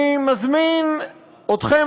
אני מזמין אתכם,